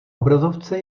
obrazovce